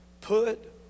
put